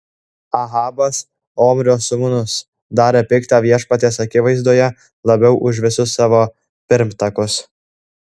ahabas omrio sūnus darė pikta viešpaties akivaizdoje labiau už visus savo pirmtakus